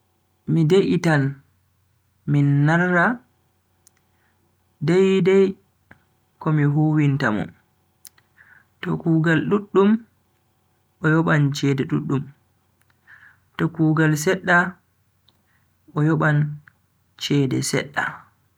Mi de'itan min narra dai-dai komi huwinta mo. To kugal duddum o yoban cede duddum, to kugal sedda o yoban cede sedda.